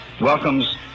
Welcomes